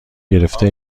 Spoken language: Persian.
گرفته